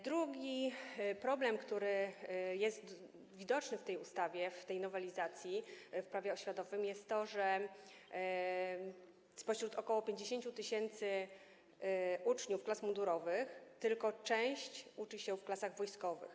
Drugim problemem, który jest widoczny w tej nowelizacji, w Prawie oświatowym, jest to, że spośród ok. 50 tys. uczniów klas mundurowych tylko część uczy się w klasach wojskowych.